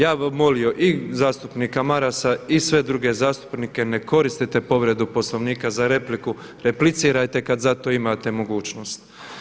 Ja bih molio i zastupnika Marasa i sve druge zastupnike ne koristiti povredu Poslovnika za repliku, replicirajte kada za to imate mogućnost.